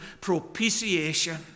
propitiation